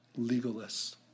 legalists